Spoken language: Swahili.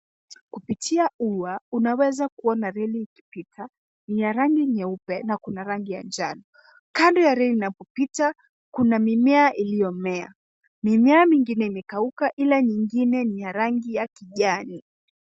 Kupitia ua unaweza kuona reli ikipita, ni ya rangi nyeupe na kuna rangi ya njano. Kando ya reli na kupita kuna mimea iliyomea. Mimea mingine imekauka ila nyingine ni ya rangi ya kijani.